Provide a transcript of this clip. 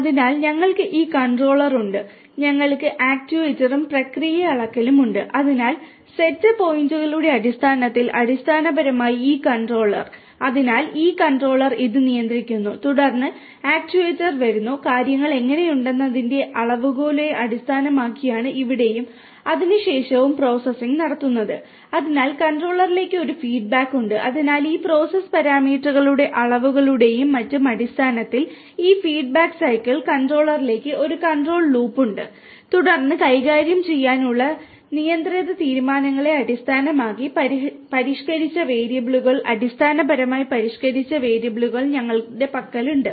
അതിനാൽ ഞങ്ങൾക്ക് ഈ കൺട്രോളർ ഉണ്ട് ഞങ്ങൾക്ക് ആക്റ്റേറ്ററും ഉണ്ട് തുടർന്ന് കൈകാര്യം ചെയ്യാനുള്ള നിയന്ത്രണ തീരുമാനങ്ങളെ അടിസ്ഥാനമാക്കി പരിഷ്ക്കരിച്ച വേരിയബിളുകൾ അടിസ്ഥാനപരമായി പരിഷ്ക്കരിച്ച വേരിയബിളുകൾ ഞങ്ങളുടെ പക്കലുണ്ട്